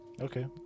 Okay